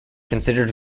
considered